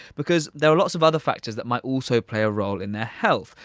because there are lots of other factors that might also play a role in their health.